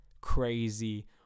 crazy